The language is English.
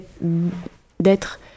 d'être